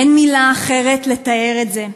אין מילה אחרת לתאר את זה.